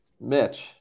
Mitch